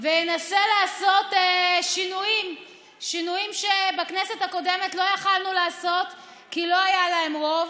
וינסה לעשות שינויים שבכנסת הקודמת לא יכולנו לעשות כי לא היה רוב.